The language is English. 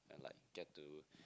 and like get to